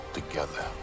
together